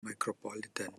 micropolitan